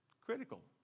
Critical